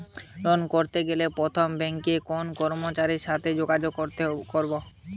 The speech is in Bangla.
লোন করতে গেলে প্রথমে ব্যাঙ্কের কোন কর্মচারীর সাথে যোগাযোগ করব?